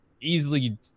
Easily